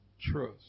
Trust